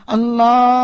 Allah